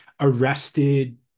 arrested